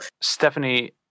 Stephanie